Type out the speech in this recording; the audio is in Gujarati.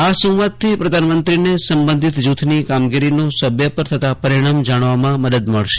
આ સંવાદ પ્રધાનમંત્રીને સંબંધિત જૂથની કામગીરીનો સભ્ય ઉપર થતો પરિણામ જાણવામાં મદદ મળશે